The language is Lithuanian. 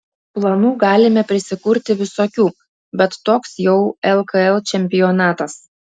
planų galime prisikurti visokių bet toks jau lkl čempionatas